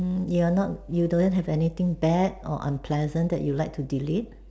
mm you're not you don't have anything bad or unpleasant that you like to delete